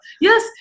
Yes